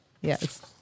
Yes